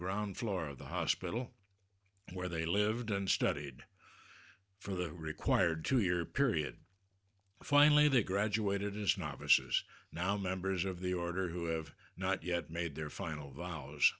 ground floor of the hospital where they lived and studied for the required two year period finally they graduated as novices now members of the order who have not yet made their